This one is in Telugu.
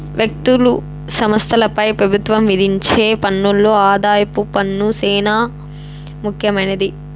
వ్యక్తులు, సంస్థలపై పెబుత్వం విధించే పన్నుల్లో ఆదాయపు పన్ను సేనా ముఖ్యమైంది